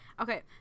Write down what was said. Okay